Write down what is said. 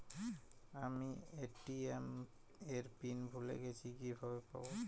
আমি এ.টি.এম এর পিন ভুলে গেছি কিভাবে পাবো?